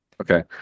Okay